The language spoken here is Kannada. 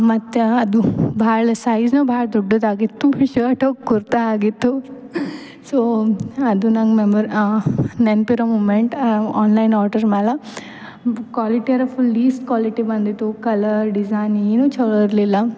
ಮತ್ತು ಅದು ಭಾಳ ಸೈಜ್ ಭಾಳ ದೊಡ್ಡದಾಗಿತ್ತು ಶರ್ಟ್ ಕುರ್ತಾ ಆಗಿತ್ತು ಸೊ ಅದು ನಂಗೆ ಮೆಮೊರ್ ನೆನಪಿರೋ ಮೂಮೆಂಟ್ ಆನ್ಲೈನ್ ಆರ್ಡರ್ ಮ್ಯಾಲ ಕ್ವಾಲಿಟಿ ಅರಾ ಫುಲ್ ಲೀಸ್ ಕ್ವಾಲಿಟಿ ಬಂದಿತ್ತು ಕಲರ್ ಡಿಸೈನ್ ಏನು ಚಲೋ ಇರಲಿಲ್ಲ